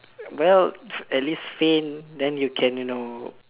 well at least faint then you can you know